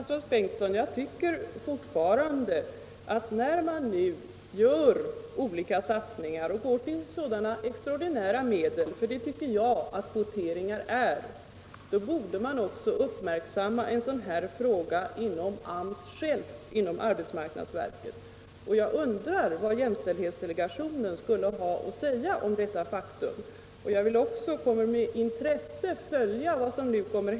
Herr talman! Jag tycker fortfarande, statsrådet Bengtsson, att när man nu gör olika satsningar och tar till extraordinära medel — för det tycker jag att kvoteringar är — borde man också uppmärksamma en sådan här fråga inom arbetsmarknadsverket självt. Jag undrar vad jämställdhetsdelegationen skulle ha att säga om detta faktum, och jag kommer med intresse att följa vad som nu händer.